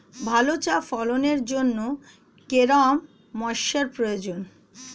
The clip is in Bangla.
ভালো চা ফলনের জন্য কেরম ময়স্চার প্রয়োজন?